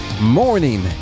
Morning